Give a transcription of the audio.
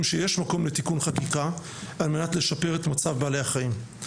שיש מקום לתיקון חקיקה על מנת לשפר את מצב בעלי החיים.